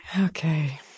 Okay